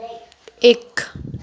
एक